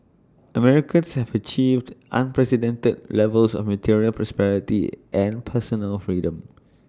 Americans have achieved unprecedented levels of material prosperity and personal freedom